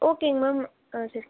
ஓகேங்க மேம் ஆ சரி